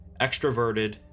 extroverted